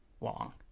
long